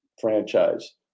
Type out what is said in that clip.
franchise